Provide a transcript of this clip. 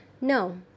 no